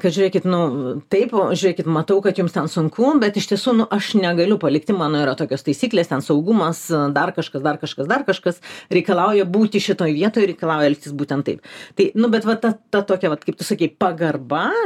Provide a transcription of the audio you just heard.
kad žiūrėkit nu taip žiūrėkit matau kad jums ten sunku bet iš tiesų aš negaliu palikti mano yra tokios taisyklės ten saugumas dar kažkas dar kažkas dar kažkas reikalauja būti šitoj vietoj reikalauja elgtis būtent taip tai nu bet va ta ta tokia vat kaip tu sakei pagarba